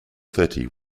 thirty